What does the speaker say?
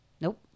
Nope